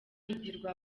igirwa